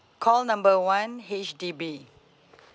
call number one H_D_B